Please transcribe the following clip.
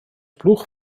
blwch